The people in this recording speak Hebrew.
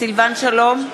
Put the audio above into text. סילבן שלום,